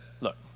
look